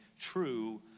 true